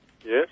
Yes